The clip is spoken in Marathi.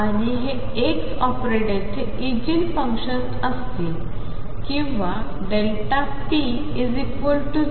आणि हे x ऑपरेटरचे इगेन फंक्शन्स असतील किंवा p0